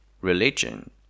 religion